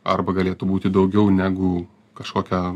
arba galėtų būti daugiau negu kažkokia